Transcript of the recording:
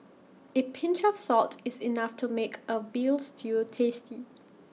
A pinch of salt is enough to make A Veal Stew tasty